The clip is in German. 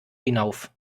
hinauf